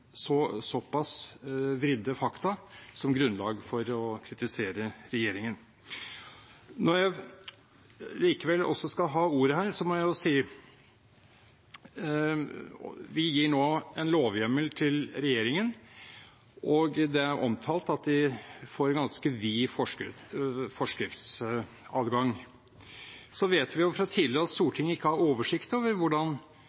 såpass vridde fakta, som grunnlag for å kritisere regjeringen. Når jeg likevel skal ha ordet her, må jeg også si: Vi gir nå en lovhjemmel til regjeringen, og det er omtalt at de får ganske vid forskriftsadgang. Så vet vi fra tidligere at